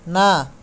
ନା